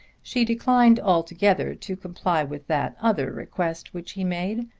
she declined altogether to comply with that other request which he made,